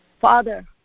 father